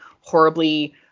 horribly